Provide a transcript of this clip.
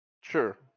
Sure